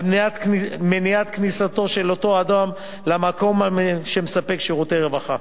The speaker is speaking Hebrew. מניעת כניסתו של אותו אדם למקום שמספק שירותי רווחה.